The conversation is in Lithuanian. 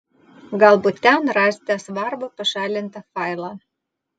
galbūt ten rasite svarbų pašalintą failą